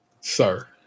sir